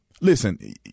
listen